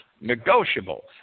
negotiable